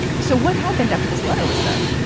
so what happened after this letter was sent?